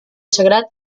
sagrat